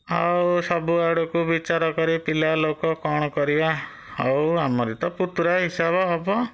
ଆଉ ସବୁ ଆଡ଼କୁ ବିଚାର କରି ପିଲା ଲୋକ କ'ଣ କରିବା ହଉ ଆମରି ତ ପୁତୁରା ହିସାବ ହେବ